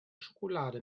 schokolade